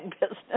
business